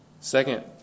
Second